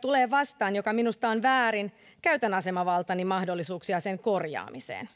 tulee vastaan joku asia joka minusta on väärin käytän asemavaltani mahdollisuuksia sen korjaamiseen